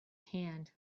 hand